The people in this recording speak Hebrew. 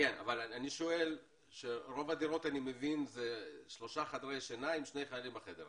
אבל אני מבין שרוב הדירות זה שלושה חדרי שינה עם שני חיילים בחדר.